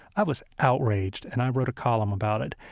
i was outraged. and i wrote a column about it.